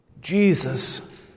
Jesus